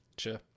sure